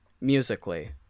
Musically